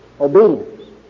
obedience